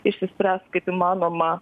išsispręs kaip įmanoma